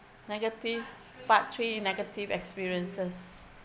negative part three negative experiences